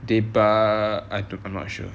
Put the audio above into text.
they bi~ I don't know I'm not sure